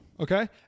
Okay